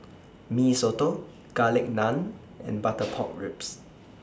Mee Soto Garlic Naan and Butter Pork Ribs